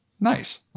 nice